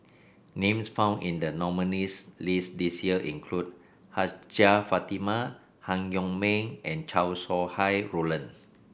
names found in the nominees' list this year include Hajjah Fatimah Han Yong May and Chow Sau Hai Roland